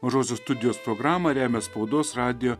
mažosios studijos programą remia spaudos radijo